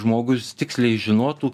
žmogus tiksliai žinotų